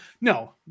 No